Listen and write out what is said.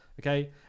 Okay